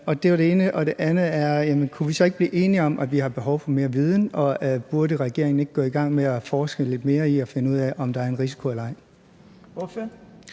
Det var det ene. Og det andet er, om vi så ikke kan blive enige om, at vi har behov for mere viden, og burde regeringen ikke gå i gang med at forske lidt mere i at finde ud af, om der er en risiko eller ej?